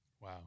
Wow